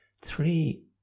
three